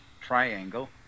triangle